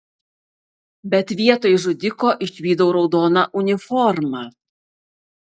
bet vietoj žudiko išvydau raudoną uniformą